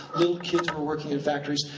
little kids were working in factories,